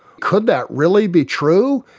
could that really be true?